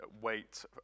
wait